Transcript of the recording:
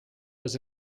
was